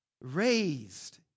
raised